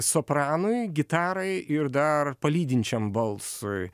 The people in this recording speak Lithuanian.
sopranui gitarai ir dar palydinčiam balsui